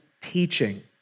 teaching